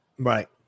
Right